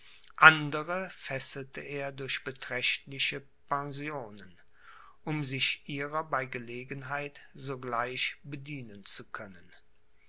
andere fesselte er durch beträchtliche pensionen um sich ihrer bei gelegenheit sogleich bedienen zu können